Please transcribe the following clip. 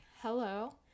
Hello